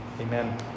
amen